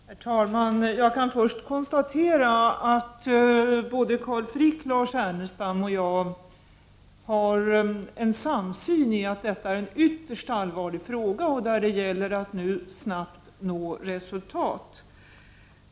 Herr talman! Jag kan först konstatera att Carl Frick, Lars Ernestam och jag har en samsyn när det gäller att detta är en ytterst allvarlig fråga och att det gäller att snabbt nå resultat.